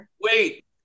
wait